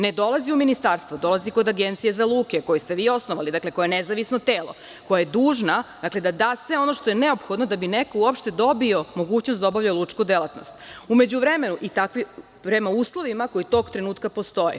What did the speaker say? Ne dolazi u ministarstvo, dolazi u Agenciju za luke, koju ste vi osnovali, nezavisno telo, koja je dužna da da sve ono što je neophodno da bi neko uopšte dobio mogućnost da obavlja lučku delatnost prema uslovima koji tog trenutka postoje.